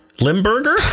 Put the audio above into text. limburger